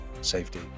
safety